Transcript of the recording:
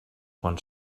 quan